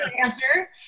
answer